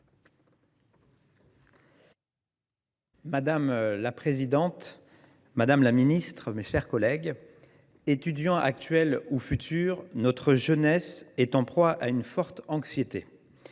Madame la présidente, madame la ministre, mes chers collègues, qu’il s’agisse des étudiants actuels ou futurs, notre jeunesse est en proie à une forte anxiété.